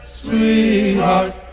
sweetheart